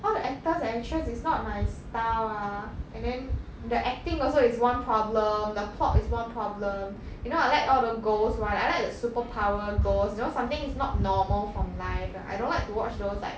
all the actors and actress is not my style ah and then the acting also is one problem the plot is one problem you know I like all the ghost one I like the superpower ghost you know something is not normal from life ah I don't like to watch those like